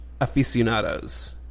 aficionados